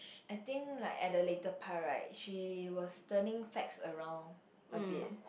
I think like at the later part right she was turning facts around a bit